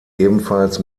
ebenfalls